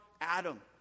Adam